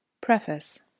Preface